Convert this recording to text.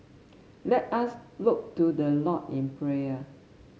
let us look to the Lord in prayer